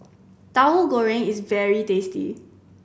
Tauhu Goreng is very tasty